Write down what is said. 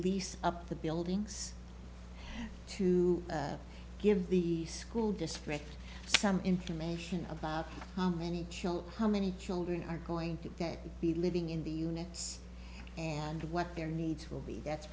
lease up the buildings to give the school district some information about how many children how many children are going to be living in the units and what their needs will be that's